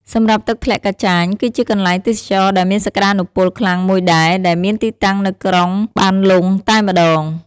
សម្រាប់ទឹកធ្លាក់កាចាញ គឺជាកន្លែងទេសចរដែលមានសក្តានុពលខ្លាំងមួយដែរ ដែលមានទីតាំងនៅក្រុងបានលុងតែម្តង។